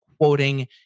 quoting